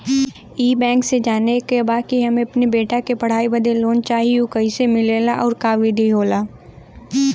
ई बैंक से जाने के बा की हमे अपने बेटा के पढ़ाई बदे लोन चाही ऊ कैसे मिलेला और का विधि होला?